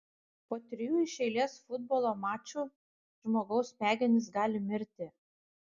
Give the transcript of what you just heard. po trijų iš eilės futbolo mačų žmogaus smegenys gali mirti